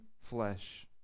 flesh